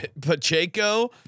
Pacheco